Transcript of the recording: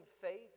faith